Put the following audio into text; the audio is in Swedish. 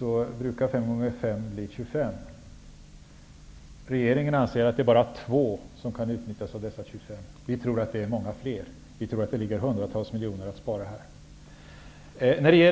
vardera blir 25 000. Regeringen anser att bara 2 000 av dessa 25 000 kan utnyttjas. Vi tror att många fler kan utnyttjas och att hundratals miljoner kronor kan sparas in.